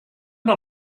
not